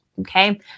okay